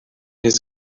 his